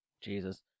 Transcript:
Jesus